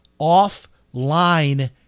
offline